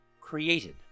created